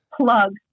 plug